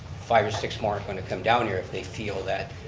five or six more aren't going to come down here if they feel that,